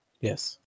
Yes